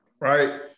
Right